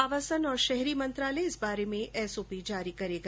आवासन और शहरी मंत्रालय इस बारे में एसओपी जारी करेगा